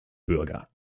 bürger